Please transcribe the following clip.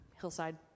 Hillside